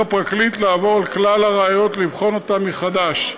יצטרך הפרקליט לעבור על כלל הראיות ולבחון אותן מחדש.